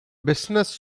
business